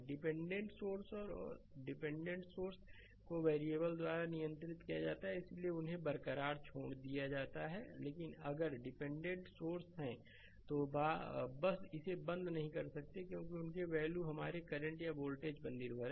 dependent सोर्सऔर dependent source को variable द्वारा नियंत्रित किया जाता है और इसलिए उन्हें बरकरार छोड़ दिया जाता है लेकिन अगर डिपेंडेंट सोर्सहैं तो बस इसे बंद नहीं कर सकते क्योंकि उनके वैल्यू हमारे करंट या वोल्टेज पर निर्भर हैं